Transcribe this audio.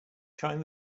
trying